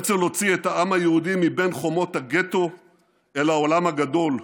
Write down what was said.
הרצל הוציא את העם היהודי מבין חומות הגטו אל העולם הגדול.